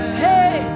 hey